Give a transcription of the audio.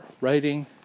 writing